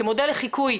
כמודל לחיקוי,